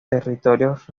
territorios